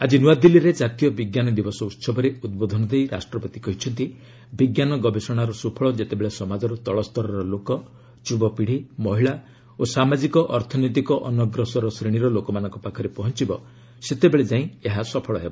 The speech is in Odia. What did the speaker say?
ଆଜି ନୂଆଦିଲ୍ଲୀରେ ଜାତୀୟ ବିଜ୍ଞାନ ଦିବସ ଉତ୍ସବରେ ଉଦ୍ବୋଧନ ଦେଇ ରାଷ୍ଟ୍ରପତି କହିଛନ୍ତି ବିଜ୍ଞାନ ଗବେଷଣାର ସୁଫଳ ଯେତେବେଳେ ସମାଜର ତଳ ସ୍ତରର ଲୋକ ଯୁବପୀଢ଼ି ମହିଳା ଓ ସାମାଜିକ ଅର୍ଥନୈତିକ ଅନଗ୍ରସର ଶ୍ରେଣୀର ଲୋକମାନଙ୍କ ପାଖରେ ପହଞ୍ଚିବ ସେତେବେଳେ ଯାଇଁ ଏହା ସଫଳ ହେବ